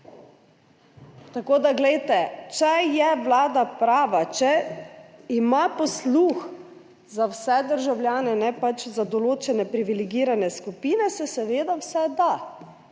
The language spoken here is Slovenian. Tako da, glejte, če je vlada prava, če ima posluh za vse državljane, ne pač za določene privilegirane skupine, se seveda vse da.